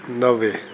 नवे